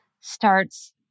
starts